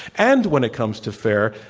and when it comes to fair,